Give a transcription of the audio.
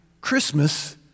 Christmas